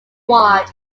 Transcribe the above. ward